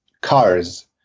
cars